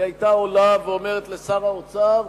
היא היתה עולה ואומרת לשר האוצר: